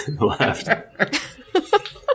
left